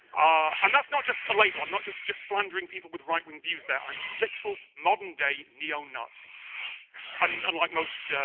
ah. and that's not just a label. i'm not just. just slandering people with right-wing views there. i mean literal modern-day neo-nazis and unlike most.